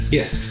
yes